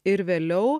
ir vėliau